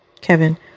Kevin